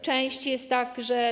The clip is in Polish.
Część jest taka, że.